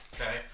Okay